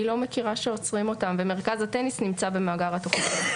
אני לא מכירה שעוצרים אותם ומרכז הטניס נמצא במאגר התוכניות.